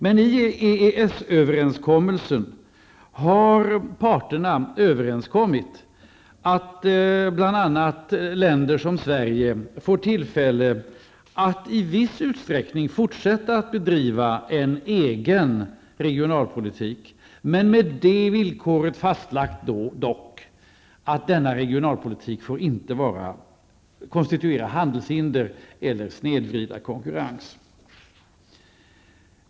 Men i EES överenskommelsen har parterna överenskommit om att bl.a. länder som Sverige skall få tillfälle att i viss utsträckning fortsätta att bedriva en egen regionalpolitik, dock med det villkoret att denna regionalpolitik inte får konstituera handelshinder eller snedvriden konkurrens.